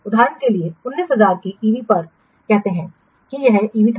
उदाहरण के लिए 19000 की EV पर कहते हैं कि यह EV था